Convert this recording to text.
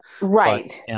Right